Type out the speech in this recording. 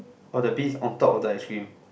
oh the bees on top of the ice cream